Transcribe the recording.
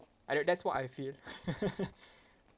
I know that's what I feel